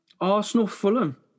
Arsenal-Fulham